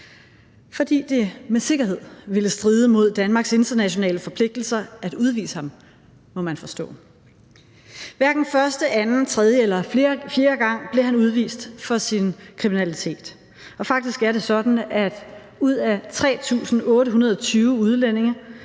fordi det med sikkerhed ville stride mod Danmarks internationale forpligtelser at udvise ham, må man forstå. Hverken første, anden, tredje eller fjerde gang blev han udvist for sin kriminalitet, og faktisk er det sådan, at ud af 3.820 udlændinge,